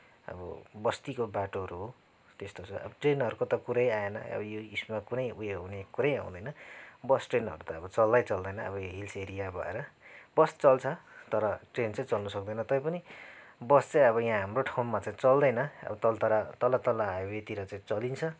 अब बस्तीको बाटोहरू हो त्यस्तो छ अब ट्रेनहरूको त कुरै आएन अब यो हिल्समा कुनै उयो हुने कुरै आउँदैन बस ट्रेनहरू त अब चल्दै चल्दैन अब हिल्स एरिया भएर बस चल्छ तर ट्रेन चाहिँ चल्नु सक्दैन तैपनि बस चाहिँ अब यहाँ हाम्रो ठाउँमा चाहिँ चल्दैन अब तल तल तल तल हाइवेतिर चाहिँ चल्छ